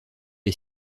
est